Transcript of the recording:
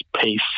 peace